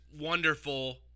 wonderful